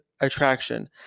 attraction